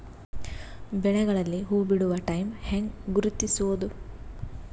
ಬೆಳೆಗಳಲ್ಲಿ ಹೂಬಿಡುವ ಟೈಮ್ ಹೆಂಗ ಗುರುತಿಸೋದ?